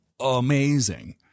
Amazing